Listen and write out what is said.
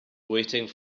waiting